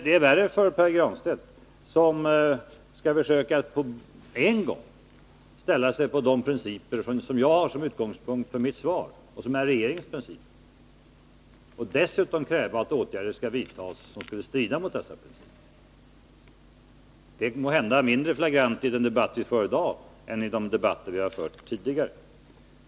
Det är värre för Pär Granstedt som försöker att dels ställa sig bakom de principer som jag har som utgångspunkt i mitt svar — och som är regeringens —, dels kräva att åtgärder skall vidtas som skulle strida mot dessa principer. Detta är måhända mindre flagrant i den debatt som vi för i dag än då det gällt de debatter som förts tidigare.